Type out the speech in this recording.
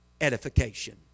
edification